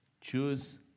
Choose